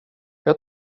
jag